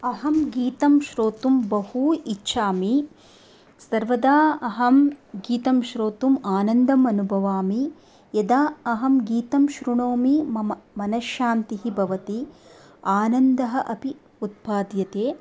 अहं गीतं श्रोतुं बहु इच्छामि सर्वदा अहं गीतं श्रोतुम् आनन्दम् अनुभवामि यदा अहं गीतं शृणोमि मम मनश्शान्तिः भवति आनन्दः अपि उत्पाद्यते